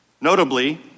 Notably